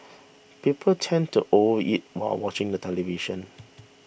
people tend to overeat while watching the television